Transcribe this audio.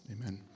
amen